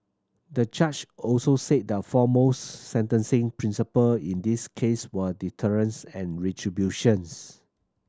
the judge also said the foremost sentencing principle in this case were deterrence and retributions